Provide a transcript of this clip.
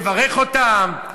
מברך אותם,